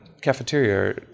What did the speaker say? cafeteria